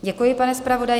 Děkuji, pane zpravodaji.